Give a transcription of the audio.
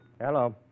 Hello